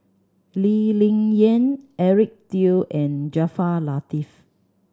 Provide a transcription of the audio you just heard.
Lee Ling Yen Eric Teo and Jaafar Latiff